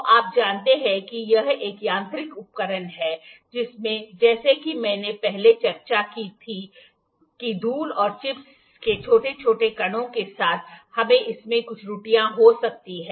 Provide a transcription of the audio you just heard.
तो आप जानते हैं कि यह एक यांत्रिक उपकरण है जिसमें जैसा कि मैंने पहले चर्चा की थी कि धूल या चिप्स के छोटे छोटे कणों के साथ हमें इसमें कुछ त्रुटियां हो सकती हैं